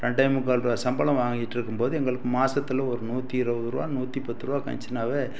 ரெண்டே முக்கால் ரூபா சம்பளம் வாங்கிட்டு இருக்கும் போது எங்களுக்கு மாதத்துல ஒரு நூற்றி இருபது ரூபா நூற்றி பத்து ரூபா கிடைச்சுனாவே